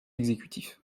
exécutif